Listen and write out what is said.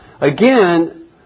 Again